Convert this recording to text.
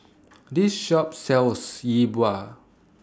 This Shop sells Yi Bua